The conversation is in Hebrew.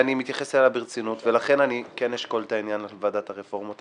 מתייחס אליה ברצינות ולכן אני כן אשקול את עניין ועדת הרפורמות.